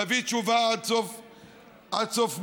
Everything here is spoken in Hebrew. להביא תשובה עד סוף מאי.